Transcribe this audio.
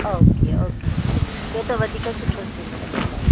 okay okay इहो त वधीक सुठो थींदो मुंहिंजे लाइ